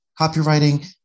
copywriting